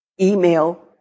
email